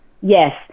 Yes